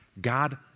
God